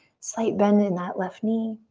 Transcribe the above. slight bend in that left knee.